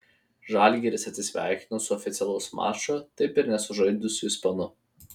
žalgiris atsisveikino su oficialaus mačo taip ir nesužaidusiu ispanu